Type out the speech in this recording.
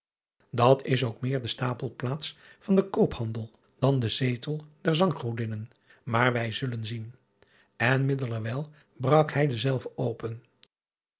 at is ook meer de stapelplaats van den oophandel dan de zetel der anggodinnen maar wij zullen zien en middelerwijl brak hij denzelven open